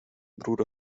bruder